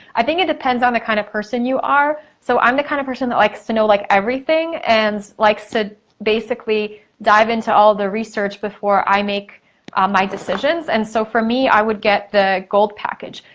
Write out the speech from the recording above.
i think it depends on the kind of person you are. so i'm the kind of person that likes to know like everything and likes to basically dive into all the research before i make my decisions and so for me, i would get the gold package.